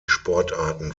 sportarten